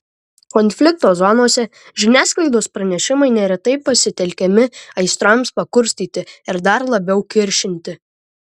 konflikto zonose žiniasklaidos pranešimai neretai pasitelkiami aistroms pakurstyti ir dar labiau kiršinti